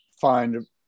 find